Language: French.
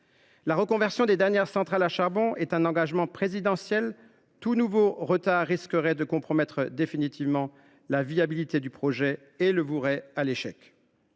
La conversion des dernières centrales à charbon correspond à un engagement présidentiel. Tout nouveau retard risquerait de compromettre définitivement la viabilité du projet et vouerait celui ci